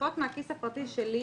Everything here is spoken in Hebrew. תוספות מהכיס הפרטי שלי.